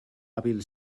hàbil